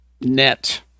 net